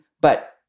but-